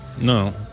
No